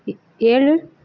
எ ஏழு